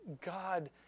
God